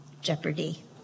Jeopardy